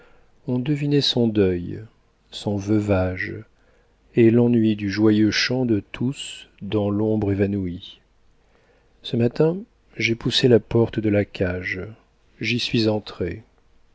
on devinait son deuil son veuvage et l'ennui du joyeux chant de tous dans l'ombre évanoui ce matin j'ai poussé la porte de la cage j'y suis entré